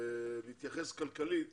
להתמודד כלכלית